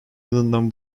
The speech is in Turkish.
yılından